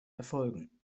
erfolgen